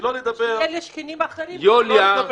כשיהיו לי שכנים אחרים --- יוליה.